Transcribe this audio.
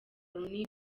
rooney